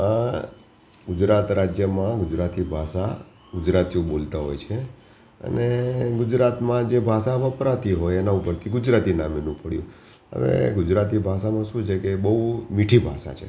ગુજરાત રાજ્યમાં ગુજરાતી ભાષા ગુજરાતીઓ બોલતા હોય છે અને ગુજરાતમાં જે ભાષા વપરાતી હોય એના ઉપરથી ગુજરાતી નામ એનું પડ્યું હવે ગુજરાતી ભાષાનું શું છે કે બહુ મીઠી ભાષા છે